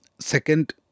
second